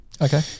Okay